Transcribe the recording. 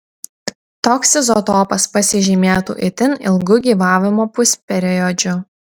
toks izotopas pasižymėtų itin ilgu gyvavimo pusperiodžiu